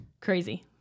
Crazy